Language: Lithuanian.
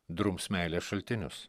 drums meilės šaltinius